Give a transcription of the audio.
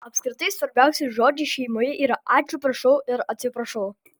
apskritai svarbiausi žodžiai šeimoje yra ačiū prašau ir atsiprašau